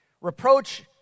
Reproach